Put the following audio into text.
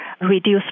reduce